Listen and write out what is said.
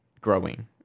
growing